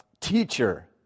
teacher